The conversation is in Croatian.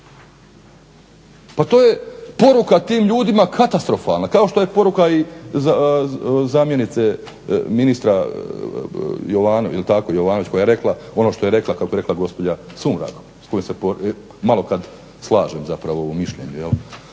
Pa to je poruka tim ljudima katastrofalna, kao što je i poruka zamjenice ministra Jovanovića, pa je rekla ono što je rekla, kako je rekla gospođa Sumrak s kojom se malo kada slažem u mišljenju